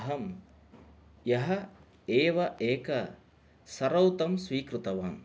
अहं ह्यः एव एकं सरौतं स्वीकृतवान्